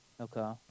Okay